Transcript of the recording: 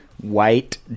White